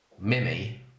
Mimi